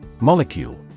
Molecule